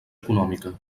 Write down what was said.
econòmica